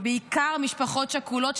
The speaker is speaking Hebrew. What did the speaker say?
בעיקר משפחות שכולות,